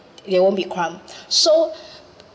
there won't be crime so